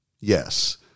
Yes